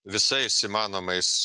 visais įmanomais